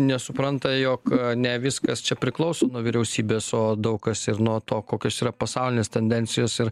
nesupranta jog ne viskas čia priklauso nuo vyriausybės o daug kas ir nuo to kokios yra pasaulinės tendencijos ir